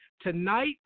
Tonight